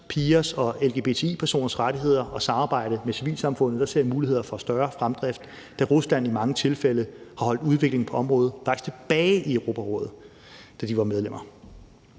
pigers og lgbti-personers rettigheder og samarbejde med civilsamfundet ser jeg muligheder for større fremdrift, da Rusland i mange tilfælde har holdt udviklingen på området tilbage i Europarådet, da de var medlemmer.